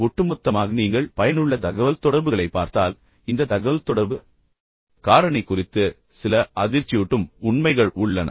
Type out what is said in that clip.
ஒட்டுமொத்தமாக நீங்கள் பயனுள்ள தகவல்தொடர்புகளைப் பார்த்தால் பல்வேறு ஆராய்ச்சிகளிலிருந்து வரும் இந்த தகவல்தொடர்பு காரணி குறித்து சில அதிர்ச்சியூட்டும் உண்மைகள் உள்ளன